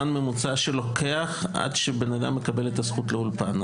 ממוצע שלוקח עד שהאדם מקבל את הזכות לאולפן.